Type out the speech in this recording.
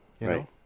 right